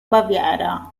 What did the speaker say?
baviera